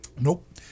nope